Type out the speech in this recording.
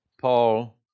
paul